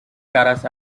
caras